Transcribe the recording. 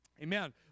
amen